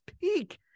peak